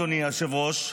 אדוני היושב-ראש,